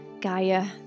Gaia